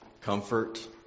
comfort